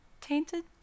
tainted